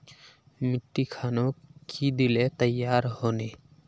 मिट्टी खानोक की दिले तैयार होने?